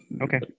Okay